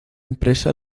empresa